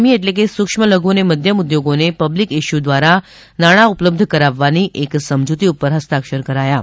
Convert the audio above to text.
ઇ એટલે કે સુક્ષ્મ લધુ અને મધ્યમ ઉદ્યોગોને પબ્લીક ઇસ્યુ દ્વારા નાણાં ઉપલબ્ધ કરાવવાની એક સમજુતી ઉપર હસ્તાક્ષર કરાયા છે